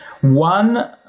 one